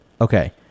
okay